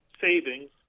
savings